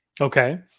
okay